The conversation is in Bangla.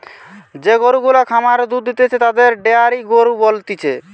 যে গরু গুলা খামারে দুধ দিতেছে তাদের ডেয়ারি গরু বলতিছে